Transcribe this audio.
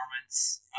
performance